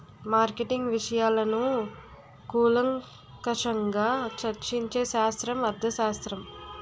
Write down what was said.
marketing విషయాలను కూలంకషంగా చర్చించే శాస్త్రం అర్థశాస్త్రం